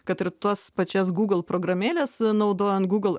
kad ir tuos pačias google programėles naudojant google